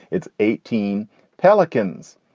it's eighteen pelicans.